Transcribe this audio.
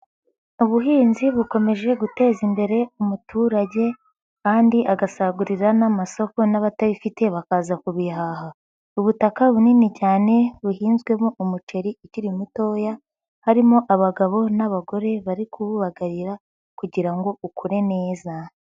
Ubuhinzi bukomeje guteza imbere umuturage kandi agasagurira n'amasoko n'abatayifite bakaza kubihaha, ubutaka bunini cyane buhinzwemo umuceri ukiri mutoya, harimo abagabo n'abagore bari kuwubagarira kugira ngo ukure neza.